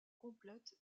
complète